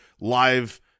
live